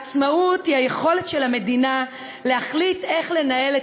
העצמאות היא היכולת של המדינה להחליט איך לנהל את